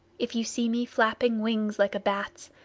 if you see me flapping wings like a bat's,